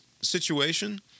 situation